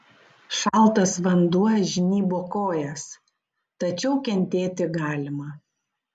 šaltas vanduo žnybo kojas tačiau kentėti galima